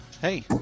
hey